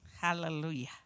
Hallelujah